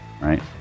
right